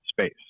space